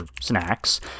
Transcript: snacks